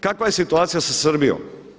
Kakva je situacija sa Srbijom?